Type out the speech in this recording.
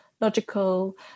logical